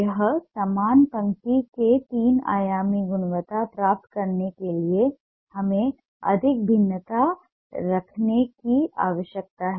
एक समान पंक्ति में तीन आयामी गुणवत्ता प्राप्त करने के लिए हमें अधिक भिन्नता रखने की आवश्यकता है